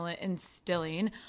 instilling